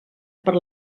per